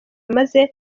maze